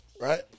Right